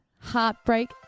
heartbreak